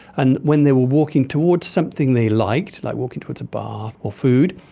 and when they were walking towards something they liked, like walking towards a bath or food,